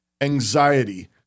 anxiety